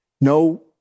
No